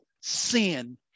sin